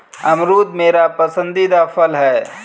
अमरूद मेरा पसंदीदा फल है